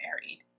married